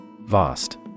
Vast